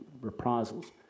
reprisals